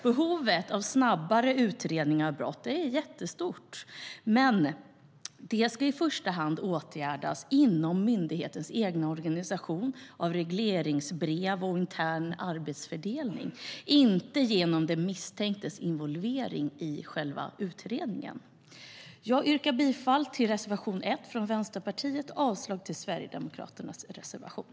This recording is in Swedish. Behovet av snabbare utredning av brott är jättestort, men det ska i första hand åtgärdas inom myndighetens egen organisation genom regleringsbrev och intern arbetsfördelning - inte genom den misstänktes involvering i själva utredningen. Jag yrkar bifall till reservation 1 från Vänsterpartiet och avslag på Sverigedemokraternas reservation.